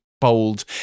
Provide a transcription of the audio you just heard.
bold